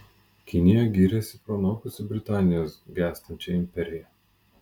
kinija giriasi pranokusi britanijos gęstančią imperiją